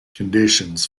conditions